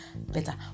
better